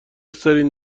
سرین